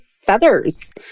feathers